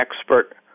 expert